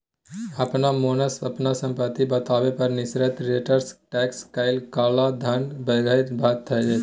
अपना मोनसँ अपन संपत्ति बतेबा पर निश्चित रेटसँ टैक्स लए काला धन बैद्य भ जेतै